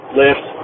lift